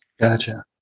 Gotcha